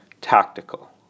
tactical